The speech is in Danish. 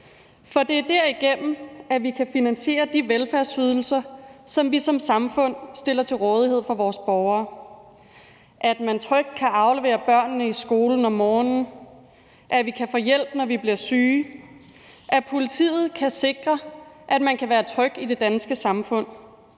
for det er derigennem, at vi kan finansiere de velfærdsydelser, som vi som samfund stiller til rådighed for vores borgere. At man trygt kan aflevere børnene i skolen om morgenen, at vi kan få hjælp, når vi bliver syge, at politiet kan sikre, at man kan være tryg i det danske samfund